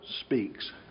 speaks